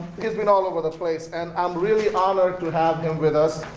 he's been all over the place, and i'm really honored to have him with us.